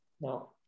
no